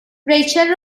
ریچل